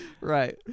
Right